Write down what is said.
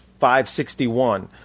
561